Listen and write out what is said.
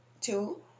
two